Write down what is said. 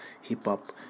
hip-hop